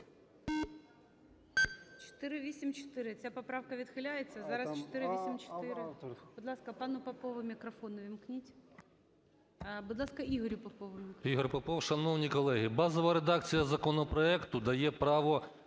Ігор Попов. Шановні колеги, базова редакція законопроекту дає право